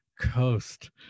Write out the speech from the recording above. Coast